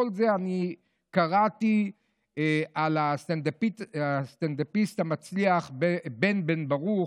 את כל זה אני קראתי על הסטנדאפיסט המצליח בן בן ברוך,